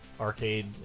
arcade